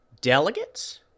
delegates